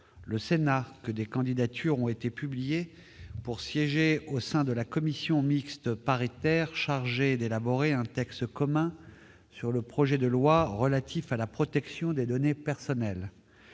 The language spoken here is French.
le Sénat que des candidatures ont été publiées pour siéger au sein de la commission mixte paritaire chargée d'élaborer un texte commun sur le projet de loi relatif à la protection des données personnelles.